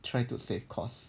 try to save costs